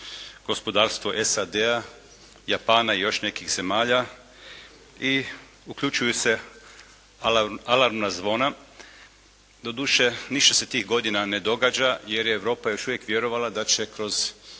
gospodarstvo SAD-a, Japana i još nekih zemalja i uključuju se alarmna zvona, doduše ništa se tih godina ne događa jer je Europa još uvijek vjerovala da će kroz